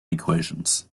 equations